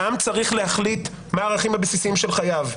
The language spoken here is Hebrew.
והעם צריך להחליט מה הערכים הבסיסיים של חייו.